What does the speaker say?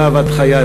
אהבת חיי,